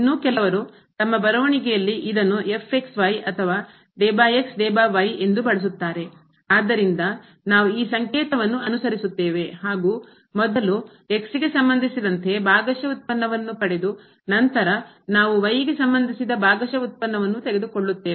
ಇನ್ನು ಕೆಲವರು ತಮ್ಮ ಬರವಣಿಗೆಯಲ್ಲಿ ಇದನ್ನು ಅಥವಾ ಎಂದು ಆದ್ದರಿಂದ ನಾವು ಈ ಸಂಕೇತವನ್ನು ಅನುಸರಿಸುತ್ತೇವೆ ಹಾಗೂ ಮೊದಲು ಗೆ ಸಂಬಂಧಿಸಿದಂತೆ ಭಾಗಶಃ ವ್ಯುತ್ಪನ್ನವನ್ನು ಪಡೆದು ನಂತರ ನಾವು ಗೆ ಸಂಬಂಧಿಸಿದ ಭಾಗಶಃ ವ್ಯುತ್ಪನ್ನವನ್ನು ತೆಗೆದುಕೊಳ್ಳುತ್ತೇವೆ